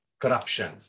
corruption